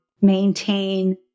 maintain